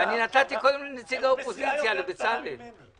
אני נתתי קודם לנציג האופוזיציה, לבצלאל.